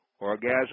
orgasm